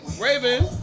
Raven